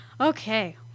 Okay